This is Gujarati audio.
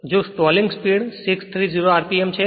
જો તેની સ્ટોલિંગ સ્પીડ 630 rpm છે